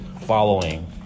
following